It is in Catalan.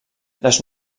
les